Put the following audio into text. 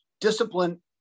Discipline